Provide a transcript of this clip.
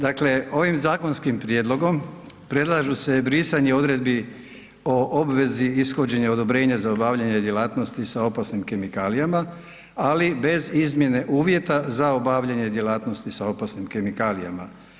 Dakle, ovim zakonskim prijedlogom predlažu se brisanje odredbi o obvezi ishođenja odobrenja za obavljanje djelatnosti sa opasnim kemikalijama, ali bez izmjene uvjeta za obavljanje djelatnosti sa opasnim kemikalijama.